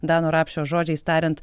dano rapšio žodžiais tariant